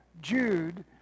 Jude